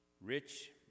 Rich